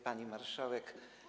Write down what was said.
Pani Marszałek!